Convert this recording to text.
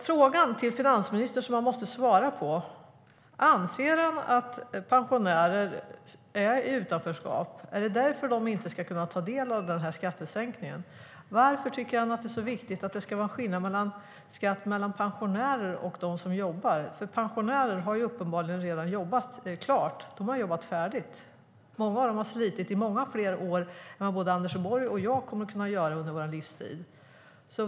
Frågan till finansministern, som han måste svara på, är: Anser han att pensionärer är i utanförskap? Är det därför de inte ska kunna ta del av skattesänkningen? Varför tycker han att det är så viktigt att det ska vara skillnad mellan skatt för pensionärer och för dem som jobbar? Pensionärer har uppenbarligen redan jobbat klart. De har jobbat färdigt. Många av dem har slitit i många fler år än både Anders Borg och jag kommer att kunna göra under vår livstid.